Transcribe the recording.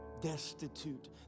destitute